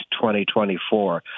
2024